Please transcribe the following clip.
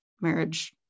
marriage